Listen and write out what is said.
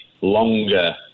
longer